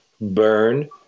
Burn